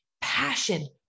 passion